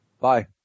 Bye